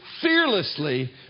fearlessly